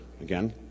Again